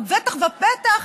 ובטח ובטח